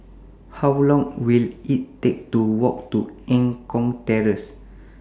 How Long Will IT Take to Walk to Eng Kong Terrace